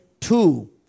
two